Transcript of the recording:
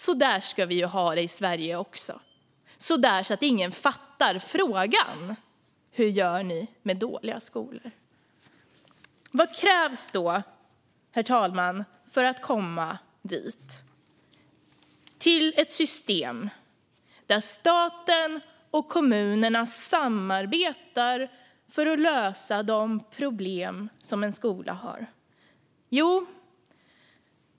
Så där ska vi ha det i Sverige också, så att ingen fattar frågan: Hur gör ni med dåliga skolor? Herr talman! Vad krävs då för att komma dit, till ett system där staten och kommunerna samarbetar för att lösa de problem som en skola har?